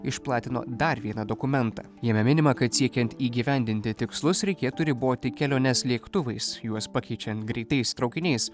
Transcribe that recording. išplatino dar vieną dokumentą jame minima kad siekiant įgyvendinti tikslus reikėtų riboti keliones lėktuvais juos pakeičiant greitais traukiniais